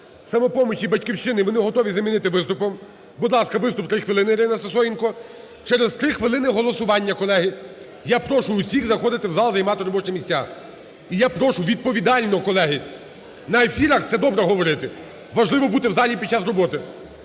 "Самопомочі" і "Батьківщини". Вони готові замінити виступом. Будь ласка, виступ 3 хвилини, ІринаСисоєнко. Через три хвилини голосування, колеги. Я прошу всіх заходити в зал, займати робочі місця. І я прошу відповідально, колеги! На ефірах це добре говорити, важливо бути в залі під час роботи.